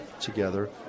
together